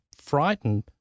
frightened